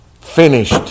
Finished